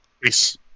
Peace